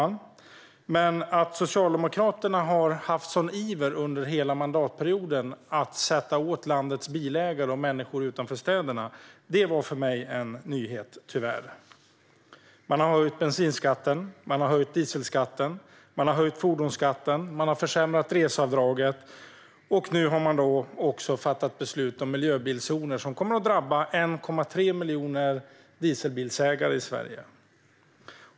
Däremot var Socialdemokraternas iver att under hela mandatperioden sätta åt landets bilägare och människor utanför städerna en nyhet för mig. Man har höjt bensinskatten, dieselskatten och fordonsskatten, och man har försämrat reseavdraget. Nu har man också fattat beslut om miljözoner, vilket kommer att drabba 1,3 miljoner dieselbilägare i Sverige.